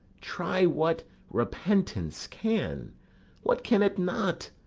try what repentance can what can it not?